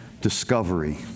discovery